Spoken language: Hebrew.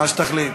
מה שתחליט.